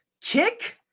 Kick